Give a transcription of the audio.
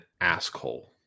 asshole